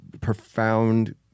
profound